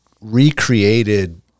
recreated